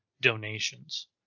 donations